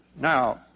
Now